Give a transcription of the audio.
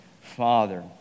father